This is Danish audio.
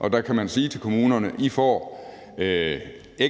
og der kan man sige til kommunerne: I får